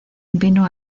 vino